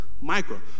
micro